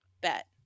bet